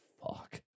fuck